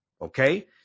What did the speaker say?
okay